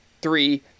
Three